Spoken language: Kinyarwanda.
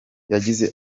yagize